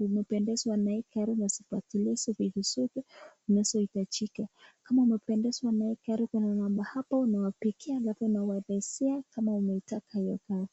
umependezwa na hii gari vizuri basi vifuatilizo hivi vizuri inaweza hitajika, kama umependezwa na hii gari kuna namba hapo unawapigia halafu unawaelezea kama umeitaka hiyo gari.